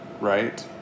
right